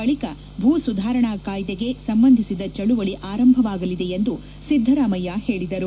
ಬಳಿಕ ಭೂ ಸುಧಾರಣಾ ಕಾಯ್ದೆಗೆ ಸಂಬಂಧಿಸಿದ ಚಳವಳಿ ಆರಂಭವಾಗಲಿದೆ ಎಂದು ಸಿದ್ಧರಾಮಯ್ಯ ಹೇಳಿದರು